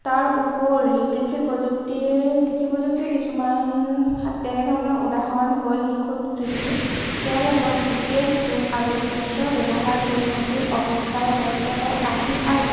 তাৰ উপৰি কৃষি প্ৰযুক্তিৰ কৃষি প্ৰযুক্তি কিছুমান তেনে ধৰণৰ উদাহৰণ হ'ল নিখুঁত কৃষি ইয়াৰ লগত জি পি এছ ড্ৰোন আৰু আৰু চেনচৰ ব্যৱহাৰ কৰি মাটিৰ অৱস্থা আৰু বতৰৰ আৰ্হি আৰু